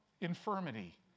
infirmity